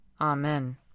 Amen